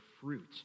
fruit